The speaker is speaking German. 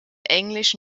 englisch